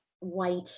white